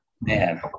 Man